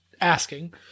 asking